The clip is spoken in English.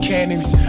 Cannons